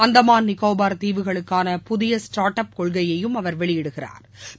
அந்தமான் நிக்கோபாா் தீவுகளுக்கான புதிய startup கொள்கையையும் அவர் வெளியிடுகிறாா்